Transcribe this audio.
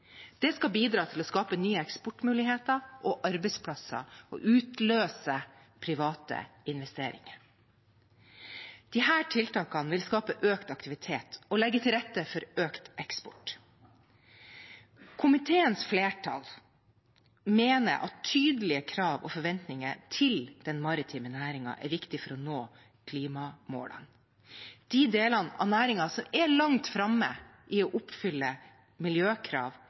Det skal bidra til å skape nye eksportmuligheter og arbeidsplasser og utløse private investeringer. Disse tiltakene vil skape økt aktivitet og legge til rette for økt eksport. Komiteens flertall mener at tydelige krav og forventninger til den maritime næringen er viktig for å nå klimamålene. De delene av næringen som er langt framme i å oppfylle miljøkrav,